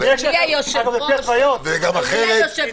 זה לפי מידת העבירה שעושים.